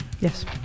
Yes